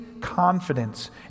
confidence